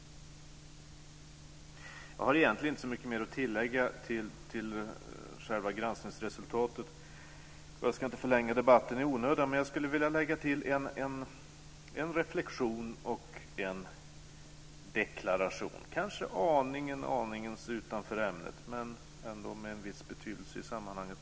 Jag har egentligen inte så mycket mer att tillägga till själva granskningsresultatet. Jag ska inte förlänga debatten i onödan, men jag har en reflexion och vill göra en deklaration som kanske ligger en aning utanför ämnet, men som ändå är av en viss betydelse.